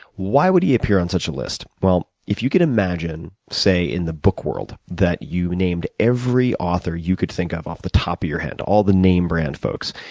why would he appear on such a list? well, if you can imagine, say in the book world, that you named every author you could think of, off the top of your head, all the name brand folks,